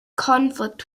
conflict